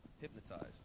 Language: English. hypnotized